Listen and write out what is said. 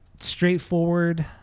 straightforward